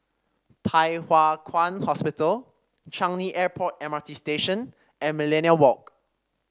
Thye Hua Kwan Hospital Changi Airport M R T Station and Millenia Walk